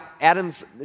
Adam's